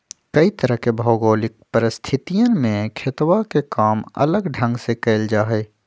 कई तरह के भौगोलिक परिस्थितियन में खेतवा के काम अलग ढंग से कइल जाहई